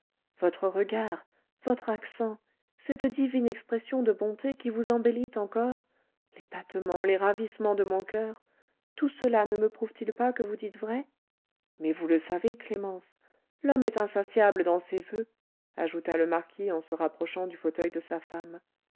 votre regard votre accent cette divine expression de bonté qui vous embellit encore les battements les ravissements de mon coeur tout cela ne me prouve t il pas que vous dites vrai mais vous le savez clémence l'homme est insatiable dans ses voeux ajouta le marquis en se rapprochant du fauteuil de sa femme